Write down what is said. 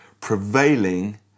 Prevailing